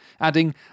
adding